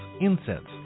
incense